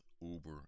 Uber